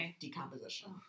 decomposition